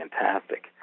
fantastic